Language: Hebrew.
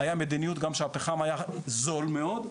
הייתה גם מדיניות גם שהפחם הזה זול מאוד,